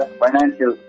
financial